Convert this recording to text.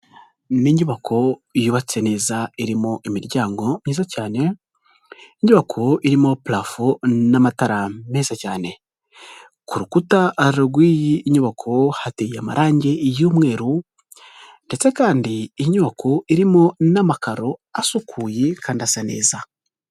Ni inyubako yubatse neza irimo imiryango myiza cyane, inyubako irimo parafo n'amatara meza cyane, ku rukuta rw'iyi nyubako hateye amarangi y'umweru ndetse kandi inyubako irimo n'amakaro asukuye kandi asa neza.